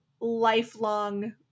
lifelong